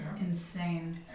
insane